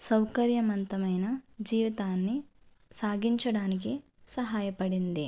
సౌకర్యవంతమైన జీవితాన్ని సాగించడానికి సహాయపడింది